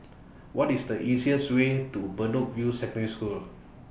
What IS The easiest Way to Bedok View Secondary School